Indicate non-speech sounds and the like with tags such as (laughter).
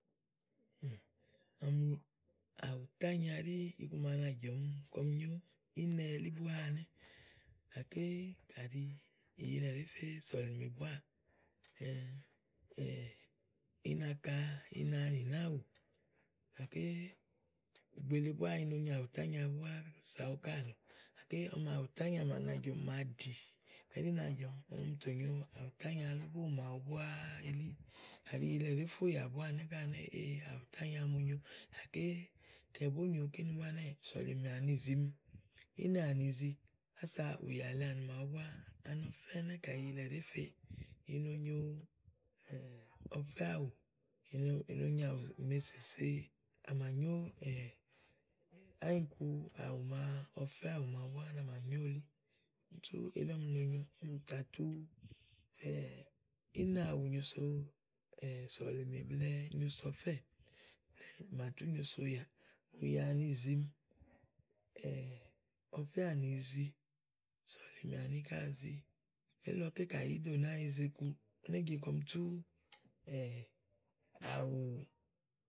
(hesitation) ɔmi àwù tányia ɖí iku màa na jɔ̀mi kɔm nyò ínɛ elí búá elí. Gàké kàɖi ì yilɛ ɖèé fe sɔ̀lìmè búá à, (hesitation) i na kaa ina nì náàwù, gàké gbèele búá i no nyo àwù tányia búá awu ká gàké àwùtányia màa na jɔ̀mi ɖi màa ɖí na jɔ̀mi. Ɔ̀mì tò nyo áwù tányia lóbó màaɖu búá elíì. Káyi ì yilɛ ɖèé fe ùyà búá ká ɛnɛ́ɛ̀, áwùtányia o mo nyo. Gàké kayi bó nyòo kìni búá ɛnɛ́ɛ̀, sɔ̀lìmè áni zìimi, ìnɛ̀ áni zi kása ùyà lèe ani màaɖu búá. Ɔfɛ́ ɛnɛ́ kayi ì yilɛ ɖèé fe, i no nyo (hesitation) ɔfɛ́àwù. I no nyo àwù màa èsèsè, á màa nyó ányikuàwù, màa ɔfɛ́àwù màawu búá úni à mà nyò elí. Úni sú elí ɔmi no nyo. Ì tà tu ínɛ̀àwù nyoso sɔ̀lìmè blɛ̀ɛ nyo so ɔfɛ́ɛ̀. Blɛ̀ɛ à mà tu nyo so ùyàà ùyà áni zìimi, (hesitation) ɔfɛ́ ànizi, úni sɔ̀lìmè àni ká Zi. Elílɔké kayi ìí do nàáa yize iku, ú né je kɔm tù.